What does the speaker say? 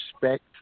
respect